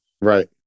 right